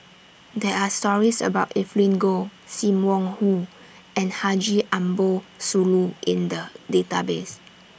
There Are stories about Evelyn Goh SIM Wong Hoo and Haji Ambo Sooloh in The Database